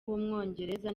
w’umwongereza